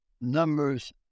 numbers